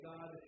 God